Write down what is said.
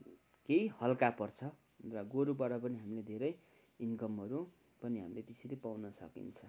केही हलका पर्छ र गोरूबाट पनि हामीलाई धेरै इन्कमहरू पनि हामीले त्यसरी पाउन सकिन्छ